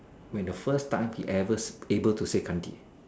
when the first he ever able to say 干爹